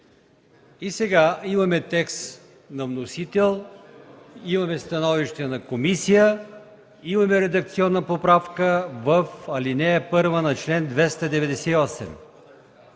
И сега – имаме текст на вносител, имаме становище на комисията, имаме редакционна поправка в ал. 1 на чл. 298.